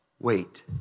wait